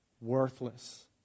worthless